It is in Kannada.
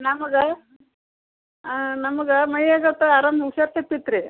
ನಮ್ಗೆ ಹಾಂ ನಮ್ಗೆ ಮೈಯಾಗತ್ ಆರಾಮ ಹುಷಾರು ತಪ್ಪಿತ್ತು ರೀ